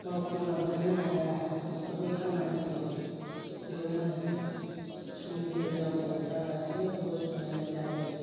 मावफुंलांजोबनो हाया नखरनि खामानिखौ बेवनो समनि गेजेराव हौवाफ्रा गासैयावबो संनानै जायो